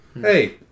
Hey